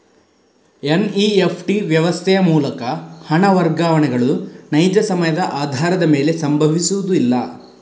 NEFT ವ್ಯವಸ್ಥೆಯ ಮೂಲಕ ಹಣ ವರ್ಗಾವಣೆಗಳು ನೈಜ ಸಮಯದ ಆಧಾರದ ಮೇಲೆ ಸಂಭವಿಸುವುದಿಲ್ಲ